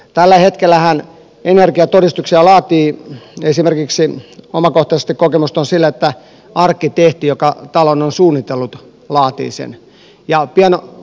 tällähän hetkellä omakohtaisesti kokemusta on esimerkiksi siitä että arkkitehti joka talon on suunnitellut laatii sen energiatodistuksen